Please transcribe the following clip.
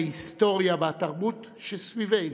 ההיסטוריה והתרבות שסביבנו.